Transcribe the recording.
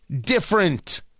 different